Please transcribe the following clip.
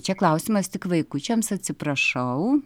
čia klausimas tik vaikučiams atsiprašau